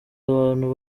abantu